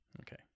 Okay